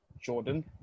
Jordan